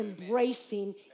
embracing